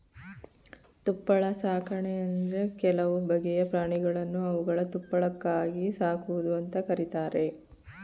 ತುಪ್ಪಳ ಸಾಕಣೆ ಅಂದ್ರೆ ಕೆಲವು ಬಗೆಯ ಪ್ರಾಣಿಗಳನ್ನು ಅವುಗಳ ತುಪ್ಪಳಕ್ಕಾಗಿ ಸಾಕುವುದು ಅಂತ ಕರೀತಾರೆ